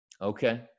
Okay